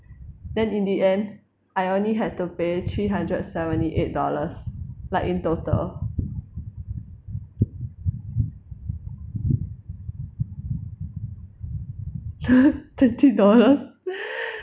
then in the end I only had to pay three hundred seventy eight dollars like in total twenty dollars